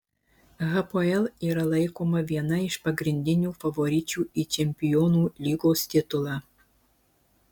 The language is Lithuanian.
hapoel yra laikoma viena iš pagrindinių favoričių į čempionų lygos titulą